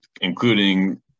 including